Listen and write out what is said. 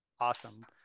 Awesome